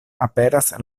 aperas